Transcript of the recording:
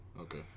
Okay